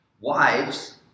Wives